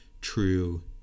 true